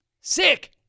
Sick